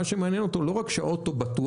מה שמעניין אותו הוא לא רק שהאוטו בטוח,